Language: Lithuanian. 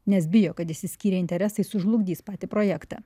nes bijo kad išsiskyrę interesai sužlugdys patį projektą